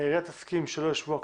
העירייה תסכים שלא יושבו הכספים,